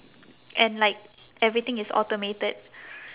and like everything is automated